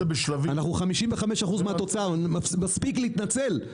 אנחנו מהווים 55% מהתוצר, מספיק להתנצל.